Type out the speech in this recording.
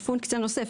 יש פונקציה נוספת,